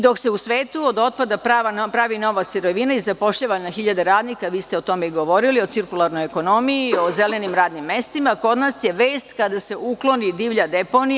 Dok se u svetu od otpada pravi nova sirovina i zapošljava na hiljade radnika, vi ste o tome i govorili, o cirkularnoj ekonomiji, o zelenim radnim mestima, kod nas je vest kada se ukloni divlja deponija.